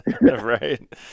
Right